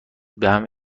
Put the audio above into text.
بهم